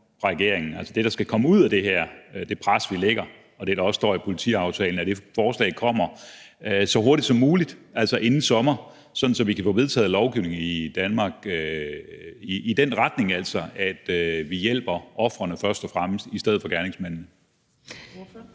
fra regeringen, altså det, der skal komme ud af det her pres, vi lægger, og det, der også står i politiaftalen, altså at det forslag kommer så hurtigt som muligt, altså inden sommer, sådan at vi kan få vedtaget lovgivning i den retning i Danmark, altså at vi først og fremmest hjælper ofrene i stedet for gerningsmændene. Kl.